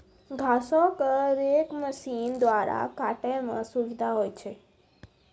घासो क रेक मसीन द्वारा काटै म सुविधा होय छै